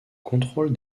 contrôle